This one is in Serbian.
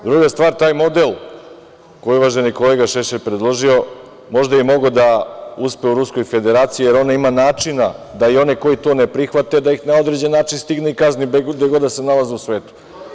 Druga stvar, taj model koji je uvaženi kolega Šešelj predložio, možda je i mogao da uspe u Ruskoj Federaciji, jer ona ima načina da i oni koji to ne prihvate da ih na određeni način stigne i kazni gde god da se nalaze u svetu.